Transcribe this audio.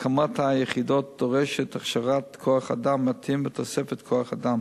הקמת היחידות דורשת הכשרת כוח-אדם מתאים ותוספת כוח-אדם: